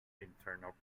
internal